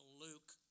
Luke